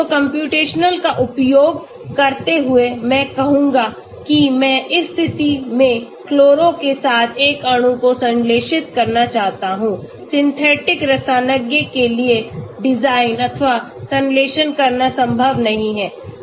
तो कम्प्यूटेशनल का उपयोग करते हुए मैं कहूंगा कि मैं इस स्थिति में क्लोरो के साथ एक अणु को संश्लेषित करना चाहता हूं सिंथेटिक रसायनज्ञ के लिए डिजाइन अथवा संश्लेषण करना संभव नहीं है